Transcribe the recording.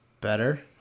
better